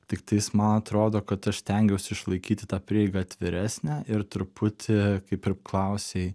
tiktais man atrodo kad aš stengiausi išlaikyti tą prieigą atviresnę ir truputį kaip ir klausei